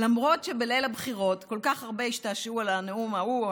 למרות שבליל הבחירות כל כך הרבה השתעשעו על הנאום ההוא,